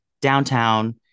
downtown